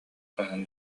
хаһан